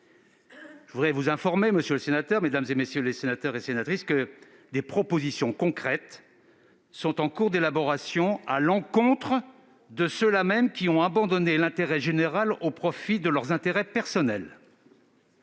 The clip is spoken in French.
Je vous informe, mesdames les sénatrices, messieurs les sénateurs, que des propositions concrètes sont en cours d'élaboration à l'encontre de ceux-là mêmes qui ont abandonné l'intérêt général au profit de leurs intérêts personnels.